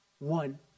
One